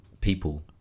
people